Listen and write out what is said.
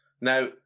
Now